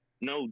no